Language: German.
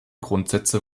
grundsätze